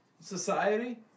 society